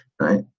right